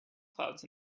clouds